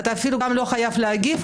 אתה אפילו גם לא חייב להגיב,